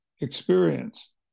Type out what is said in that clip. experience